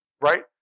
right